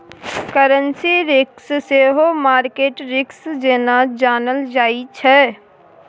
currency risk सेहो market risk जेना जानल जाइ छै